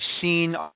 seen